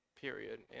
Period